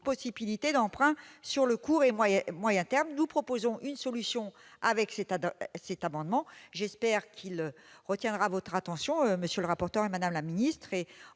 possibilité d'emprunt sur le court et moyen terme. Nous proposons une solution avec cet amendement. J'espère qu'il retiendra votre attention, monsieur le rapporteur, madame la ministre.